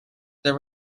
there